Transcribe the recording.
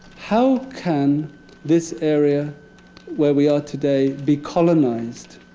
how can this area where we are today be colonized?